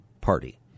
party